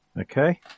Okay